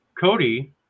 Cody